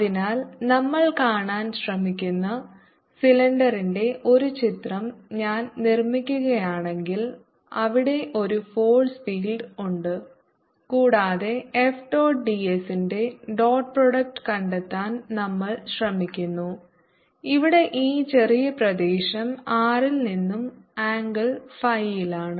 അതിനാൽ നമ്മൾ കാണാൻ ശ്രമിക്കുന്ന സിലിണ്ടറിന്റെ ഒരു ചിത്രം ഞാൻ നിർമ്മിക്കുകയാണെങ്കിൽ അവിടെ ഒരു ഫോഴ്സ് ഫീൽഡ് ഉണ്ട് കൂടാതെ എഫ് ഡോട്ട് ds ന്റെ ഡോട്ട് പ്രൊഡക്റ്റ് കണ്ടെത്താൻ നമ്മൾ ശ്രമിക്കുന്നു ഇവിടെ ഈ ചെറിയ പ്രദേശം R ൽ നിന്നും ആംഗിൾ ഫൈയിലാണ്